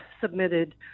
submitted